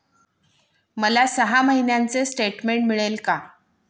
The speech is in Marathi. मला सहा महिन्यांचे स्टेटमेंट मिळेल का?